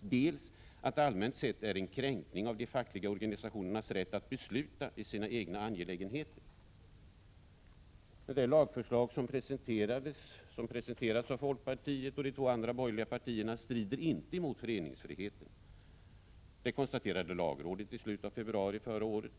dels att det allmänt sett är en kränkning av de fackliga organisationernas rätt att besluta i sina egna angelägenheter. Det lagförslag som presenterats av folkpartiet och de två andra borgerliga partierna strider inte mot föreningsfriheten. Det konstaterade lagrådet i slutet av februari förra året.